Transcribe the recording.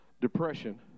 depression